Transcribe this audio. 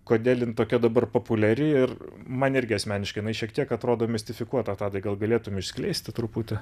kodėl jin tokia dabar populiari ir man irgi asmeniškai jinai šiek tiek atrodo mistifikuota tadai gal galėtum išskleisti truputį